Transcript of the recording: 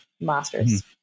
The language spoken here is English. masters